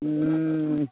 हूँ